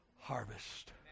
harvest